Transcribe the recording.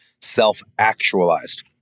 self-actualized